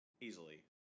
Easily